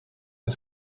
the